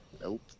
Nope